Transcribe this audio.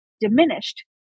diminished